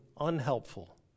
unhelpful